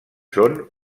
són